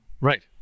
Right